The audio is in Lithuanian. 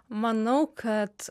manau kad